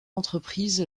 entreprise